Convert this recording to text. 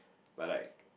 but like